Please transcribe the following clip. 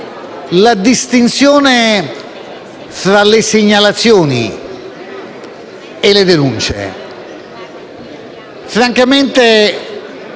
la distinzione tra le segnalazioni e le denunce. Francamente